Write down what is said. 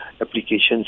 applications